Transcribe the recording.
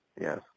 Yes